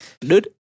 Dude